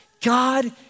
God